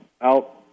out